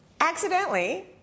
accidentally